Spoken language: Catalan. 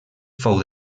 fou